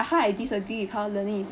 like how I disagree with how learning is